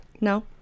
No